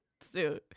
suit